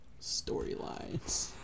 storylines